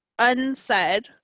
unsaid